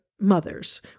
mothers